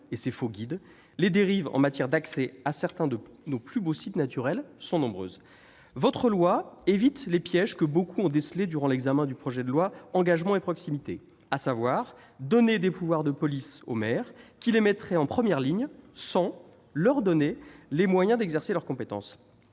et ses faux guides. Les dérives en matière d'accès à certains de nos plus beaux sites naturels sont nombreuses ! Ce texte évite les pièges que beaucoup ont décelés durant l'examen du projet de loi Engagement et proximité, à savoir donner des pouvoirs de police aux maires, ce qui les mettrait en première ligne sans leur donner les moyens d'exercer leur compétence.